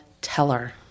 teller